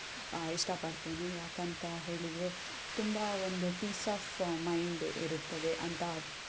ಇಷ್ಟಪಡ್ತೇನೆ ಯಾಕೇಂತ ಹೇಳಿದರೆ ತುಂಬ ಒಂದು ಪೀಸ್ ಆಫ್ ಮೈಂಡ್ ಇರುತ್ತದೆ ಅಂಥ